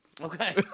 Okay